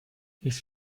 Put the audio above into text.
his